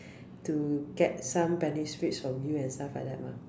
to get some benefits from you and stuff like that mah